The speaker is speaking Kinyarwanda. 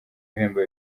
ibihembo